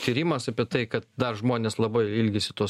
tyrimas apie tai kad dar žmonės labai ilgisi to